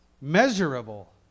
Measurable